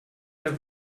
der